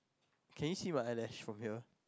can you see my eyelash from here